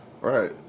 Right